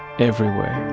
everywhere.